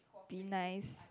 be nice